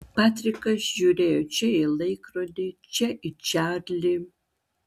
patrikas žiūrėjo čia į laikrodį čia į čarlį